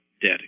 debt